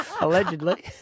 Allegedly